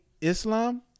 Islam